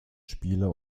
spiele